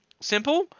simple